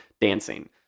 dancing